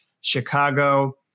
Chicago